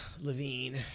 Levine